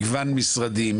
מגוון משרדים,